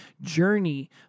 journey